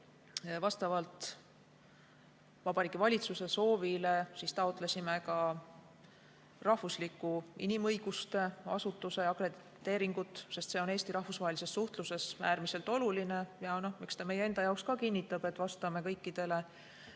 Vastavalt Vabariigi Valitsuse soovile taotlesime ka riikliku inimõiguste asutuse akrediteeringut, sest see on Eesti rahvusvahelises suhtluses äärmiselt oluline ja eks ta meie enda jaoks ka kinnitab, et vastame kõikidele